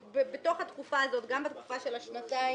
בתקופה הזאת, גם בתקופה של השנתיים,